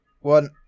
one